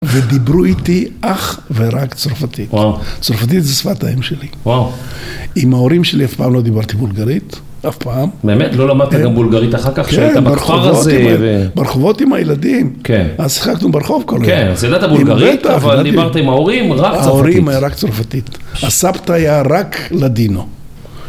ודיברו איתי אך ורק צרפתית. צרפתית זה שפת האם שלי. עם ההורים שלי אף פעם לא דיברתי בולגרית. אף פעם. באמת? לא למדת גם בולגרית אחר כך? כן. ברחובות עם הילדים. כן. אז שיחקנו ברחוב כל היום. כן, אז ידעת בולגרית, אבל דיברת עם ההורים רק צרפתית. ההורים היה רק צרפתית. הסבתא היה רק לדינו.